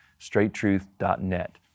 straighttruth.net